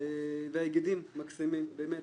וההיגדים מקסימים באמת.